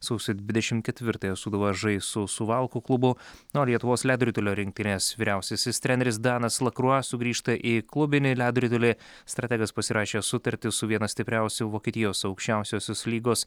sausio dvidešim ketvirtąją sūduva žais su suvalkų klubu na o lietuvos ledo ritulio rinktinės vyriausiasis treneris danas lakrua sugrįžta į klubinį ledo ritulį strategas pasirašė sutartį su viena stipriausių vokietijos aukščiausiosios lygos